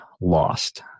lost